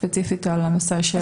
ספציפית על הנושא של פנים.